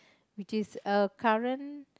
which is a current